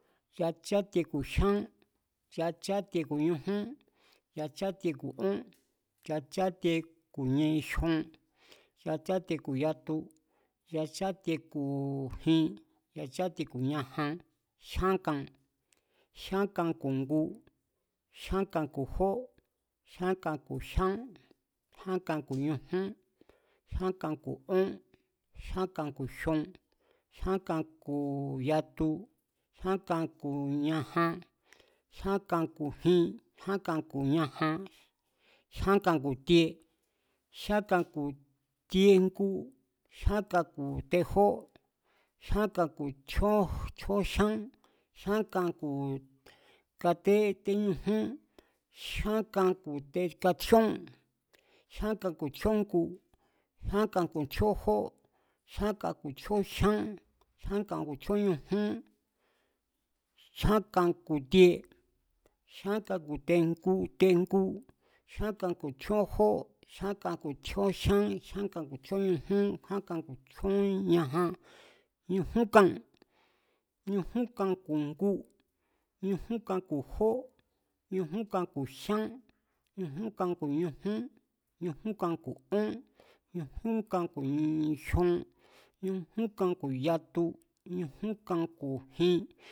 Yachátie ku̱ jyán, yachátie ku̱ ñujún, yachatie ku̱ ón, yachátie ku̱ jyon, yachátie ku̱ yatu, yachátie ku̱ jin, yachátie ku̱ ñajan, jyán kan, jya kan ku̱ ngu, ky̱a̱n kan ku̱ jó. jyán kan ku̱ jyán, jyán kan ku̱ ñujún, jyán kan ku̱ ón jyán kan ku̱ jyon, jyán kan ku̱ yatu, jyan kan ku̱ ñajan, jyan kan ku̱ jin, jyán kan ku̱ jin, jyán kan ku̱ tie, jyán kan ku̱ tiejngu, jyán kan ku̱ tejó, jyán kan ku̱ tjíón jyán, jyán kan ku̱ katéñujún, jyán kan ku̱ katjíón, jyán kan ku̱ tjíó jngu jyán kan ku̱ tjíón jó, jyán kan ku̱ tjíón jyán, jyán kan ku̱ tjíón ñujún, jyán kan ku̱ tie, jyán kan ku̱ tejngu, jyan kan ku̱ tjíón jó, jyankan, ku̱ tjíón jyán, jyán kan ku̱ tjíón ñujún, jyan kan ku̱ tjíón ñajan, ñujún kan, ñujún kan ku̱ ngu, ñujún kan ku̱ jó, ñujún kan ku̱ jyá, ñujún kan ku̱ ñujún, ñujún kan ku̱ ón, ñujún kan ku̱ jyon, ñujún kan ku̱ yatu, ñujún kan ku̱ jin